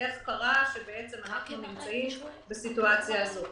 איך קרה שאנחנו נמצאים בסיטואציה הזאת.